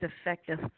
effective